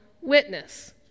witness